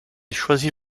choisit